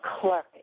clerk